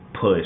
push